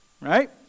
Right